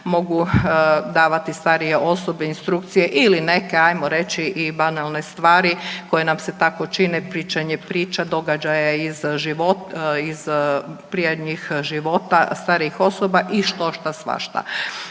mogu davati starije osobe instrukcije ili neke, ajmo reći i banalne stvari, koje nam se tako čine, pričanje priča, događaja iz .../Govornik se ne razumije./... života starijih osoba i štošta svašta.